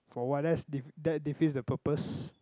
for what that's defeats that defeats the purpose